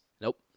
Nope